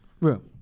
room